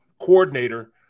coordinator